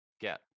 get